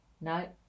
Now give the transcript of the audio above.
No